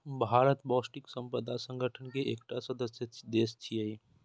भारत बौद्धिक संपदा संगठन के एकटा सदस्य देश छियै